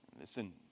Listen